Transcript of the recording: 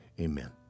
amen